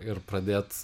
ir pradėt